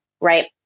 Right